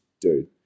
dude